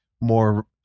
more